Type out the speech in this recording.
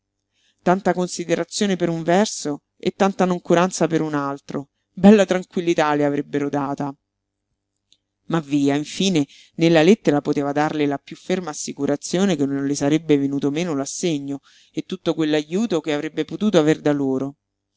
considerazione per un verso e tanta noncuranza per un altro bella tranquillità le avrebbero data ma via infine nella lettera poteva darle la piú ferma assicurazione che non le sarebbe venuto meno l'assegno e tutto quell'ajuto che avrebbe potuto aver da loro